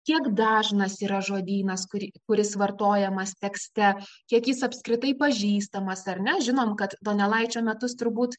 kiek dažnas yra žodynas kurį kuris vartojamas tekste kiek jis apskritai pažįstamas ar ne žinom kad donelaičio metus turbūt